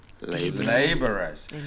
laborers